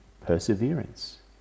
perseverance